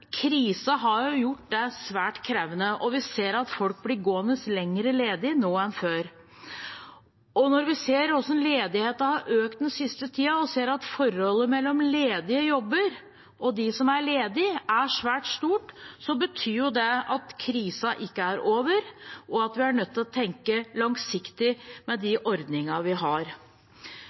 har gjort det svært krevende, og vi ser at folk blir gående lenger ledig nå enn før. Når vi ser hvordan ledigheten har økt den siste tiden, og ser at avstandsforholdet mellom ledige jobber og de som er ledig, er svært stort, betyr det at krisen ikke er over, og at vi er nødt til å tenke langsiktig med de ordningene vi har.